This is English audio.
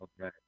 Okay